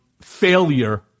failure